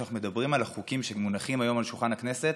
כשאנחנו מדברים על החוקים שמונחים היום על שולחן הכנסת,